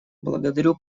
благодарю